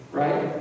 right